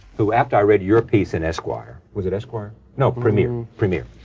who after i read your piece in esquire, was it esquire? no, premier. premier.